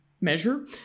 measure